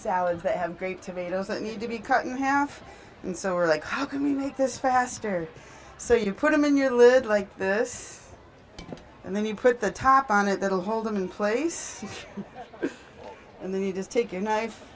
salad they have great tomatoes that need to be cut in half and so are like how can we make this faster so you put them in your lid like this and then you put the top on it that will hold them in place and then you just take